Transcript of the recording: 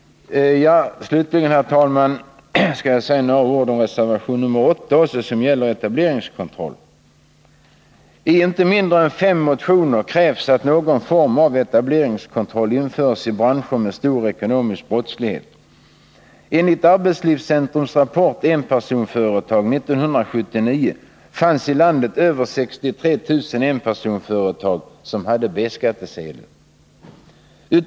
Slutligen skall jag säga några ord om reservation nr 8, som gäller etableringskontroll. I inte mindre än fem motioner krävs att någon form av etableringskontroll införes i branscher med stor ekonomisk brottslighet. Enligt Arbetslivscentrums rapport Enpersonföretag 1979 fanns i landet över 63 000 enpersonföretag som hade B-skattsedel.